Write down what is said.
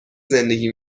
زندگی